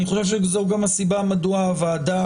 אני חושב שזו גם הסיבה מדוע הוועדה